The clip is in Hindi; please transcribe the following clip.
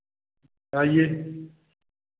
आइए